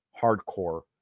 hardcore